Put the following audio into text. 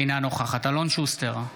אינה נוכחת אלון שוסטר,